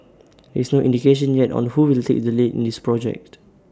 there is no indication yet on who will take the lead in this project